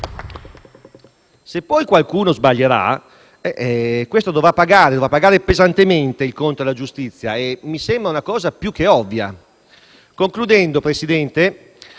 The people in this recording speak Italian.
Se poi qualcuno sbaglierà, questo dovrà pagare pesantemente il conto alla giustizia; mi sembra una cosa più che ovvia. Concludendo, signor